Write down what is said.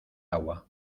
agua